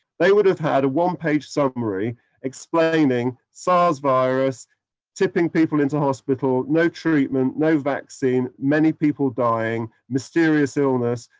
they would have had a one-page summary explaining, sars virus tipping people into hospital, no treatment, no vaccines, many people dying, mysterious illness,